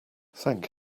thank